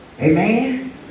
Amen